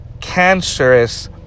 cancerous